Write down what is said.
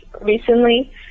recently